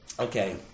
Okay